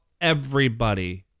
everybody-